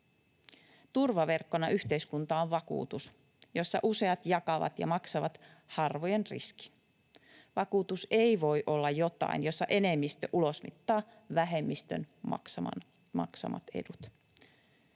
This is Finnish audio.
Turvaverkkona yhteiskunta on vakuutus, jossa useat jakavat ja maksavat harvojen riskin. Vakuutus ei voi olla jotain, jossa enemmistö ulosmittaa vähemmistön maksamat edut.